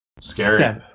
Scary